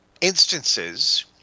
instances